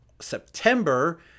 September